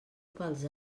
pels